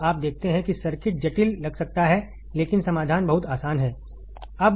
तो आप देखते हैं कि सर्किट जटिल लग सकता है लेकिन समाधान बहुत आसान है